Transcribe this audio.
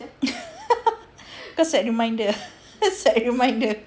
kau set reminder set reminder